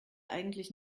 eigentlich